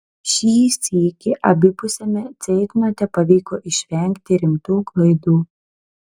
šį sykį abipusiame ceitnote pavyko išvengti rimtų klaidų